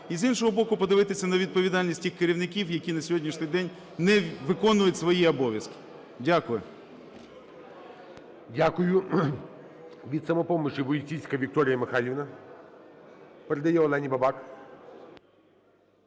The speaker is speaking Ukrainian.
І, з іншого боку, подивитися на відповідальність тих керівників, які на сьогоднішній день не виконують свої обов'язки. Дякую. ГОЛОВУЮЧИЙ. Дякую. Від "Самопомочі" Войціцька Вікторія Михайлівна передає Олені Бабак.